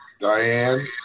Diane